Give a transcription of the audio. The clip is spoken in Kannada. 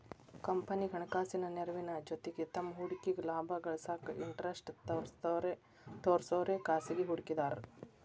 ಕಂಪನಿಗಿ ಹಣಕಾಸಿನ ನೆರವಿನ ಜೊತಿಗಿ ತಮ್ಮ್ ಹೂಡಿಕೆಗ ಲಾಭ ಗಳಿಸಾಕ ಇಂಟರೆಸ್ಟ್ ತೋರ್ಸೋರೆ ಖಾಸಗಿ ಹೂಡಿಕೆದಾರು